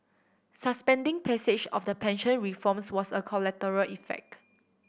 suspending passage of the pension reforms was a collateral effect